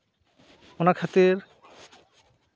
ᱚᱱᱟ ᱠᱷᱟᱹᱛᱤᱨ